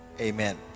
Amen